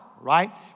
right